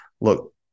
look